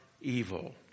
evil